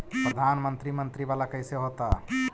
प्रधानमंत्री मंत्री वाला कैसे होता?